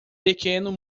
pequeno